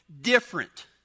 different